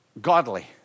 godly